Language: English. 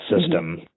system